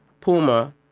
Puma